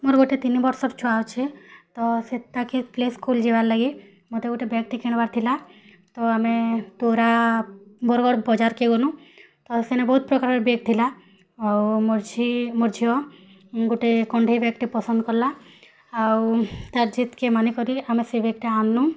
ମୋର୍ ଗୋଟେ ତିନି ବର୍ଷର୍ ଛୁଆ ଅଛେ ତ ସେ ତାକେ ପ୍ଲେ ସ୍କୁଲ୍ ଯିବାର୍ ଲାଗିର୍ ମୋତେ ଗୁଟେ ବ୍ୟାଗ୍ଟେ କିଣ୍ବାର୍ ଥିଲା ତ ଆମେ ତୋରା ବରଗଡ଼ ବଜାର୍କେ ଗଲୁଁ ତ ସେନେ ବହୁତ୍ ପ୍ରକାର୍ର ବ୍ୟାଗ୍ ଥିଲା ଆଉ ମୋର୍ ଝି ମୋର୍ ଝିଅ ଗୁଟେ କଣ୍ଢେଇ ବ୍ୟାଗ୍ଟେ ପସନ୍ଦ୍ କର୍ଲା ଆଉ ତା'ର୍ ଜିଦ୍କେ ମାନିକରି ଆମେ ସେ ବ୍ୟାଗ୍ଟା ଆନ୍ଲୁଁ